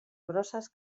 grosses